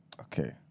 Okay